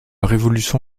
révolution